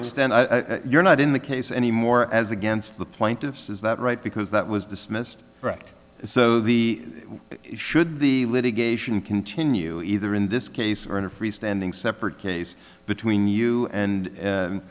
extent you're not in the case anymore as against the plaintiffs is that right because that was dismissed right so the should the litigation continue either in this case or in a freestanding separate case between you and